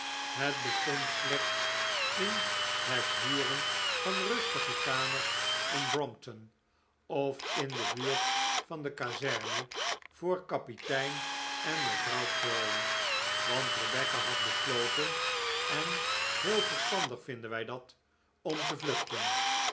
het bestond slechts in het huren van rustige kamers in brompton of in de buurt van de kazerne voor kapitein en mevrouw crawley want rebecca had besloten en heel verstandig vinden wij dat om te vlucliten